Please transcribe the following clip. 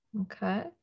Okay